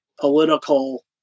political